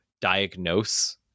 diagnose